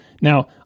now